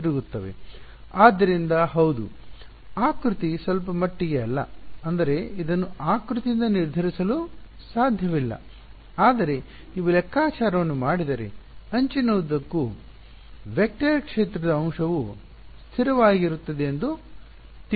ಆದ್ದರಿಂದ ಹೌದು ಆಕೃತಿ ಸ್ವಲ್ಪಮಟ್ಟಿಗೆ ಅಲ್ಲ ಅಂದರೆ ಇದನ್ನು ಆಕೃತಿಯಿಂದ ನಿರ್ಧರಿಸಲು ಸಾಧ್ಯವಿಲ್ಲ ಆದರೆ ನೀವು ಲೆಕ್ಕಾಚಾರವನ್ನು ಮಾಡಿದರೆ ಅಂಚಿನ ಉದ್ದಕ್ಕೂ ವೆಕ್ಟರ್ ಕ್ಷೇತ್ರದ ಅಂಶವು ಸ್ಥಿರವಾಗಿರುತ್ತದೆ ಎಂದು ತಿಳಿಯುತ್ತದೆ